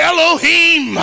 Elohim